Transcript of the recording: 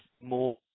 more